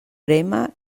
verema